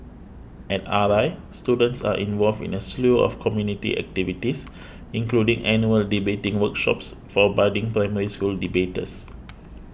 at R I students are involved in a slew of community activities including annual debating workshops for budding Primary School debaters